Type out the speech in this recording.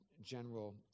general